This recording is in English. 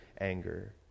anger